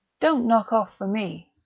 don't knock off for me,